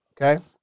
okay